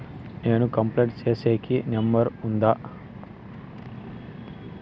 నేను కంప్లైంట్ సేసేకి నెంబర్ ఉందా?